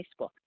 Facebook